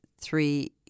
three